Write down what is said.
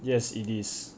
yes it is